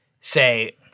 say